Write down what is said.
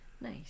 Nice